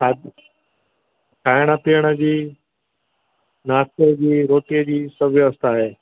हा अ खाइण पीअण जी नाश्ते जी रोटीअ जी सभु व्यवस्था आहे